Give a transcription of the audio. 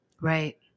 Right